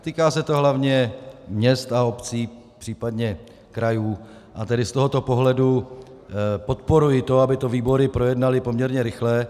Týká se to hlavně měst a obcí, případně krajů, a tedy z tohoto pohledu podporuji to, aby to výbory projednaly poměrně rychle.